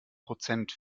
prozent